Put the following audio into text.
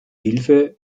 hilfe